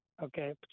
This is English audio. Okay